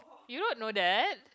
you don't know that